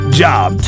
job